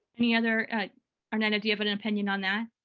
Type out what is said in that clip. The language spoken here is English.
any other arnetta do you have an opinion on that?